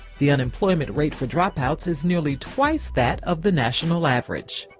the unemployment rate for dropouts is nearly twice that of the national average.